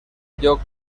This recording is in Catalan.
lloc